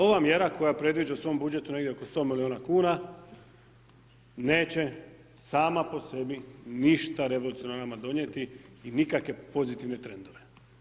Ova mjera koja predviđa u svom budžetu negdje oko 100 milijuna kuna neće sama po sebi ništa revolucionarno nama donijeti i nikakve pozitivne trendove.